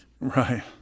Right